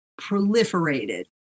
proliferated